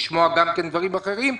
לשמוע גם דברים אחרים,